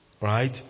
Right